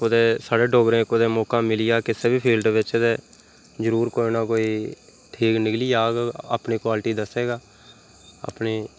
कुदै साढ़े डोगरें गी कुतै मौका मिली जा किसै बी फील्ड बिच्च ते जरूर कोई न कोई ठीक निकली जाह्ग अपनी क्वालटी दस्से गा अपनी